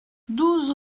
douze